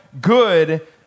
good